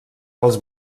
els